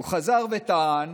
והוא חזר וטען